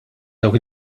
dawk